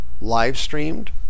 live-streamed